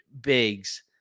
bigs